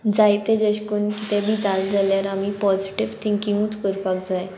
जायते जेश कुन्न कितें बी जाल जाल्यार आमी पॉजिटीव थिंकींगूत करपाक जाय